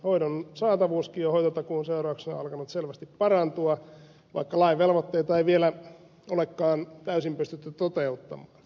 hoidon saatavuuskin on hoitotakuun seurauksena alkanut selvästi parantua vaikka lain velvoitteita ei vielä olekaan täysin pystytty toteuttamaan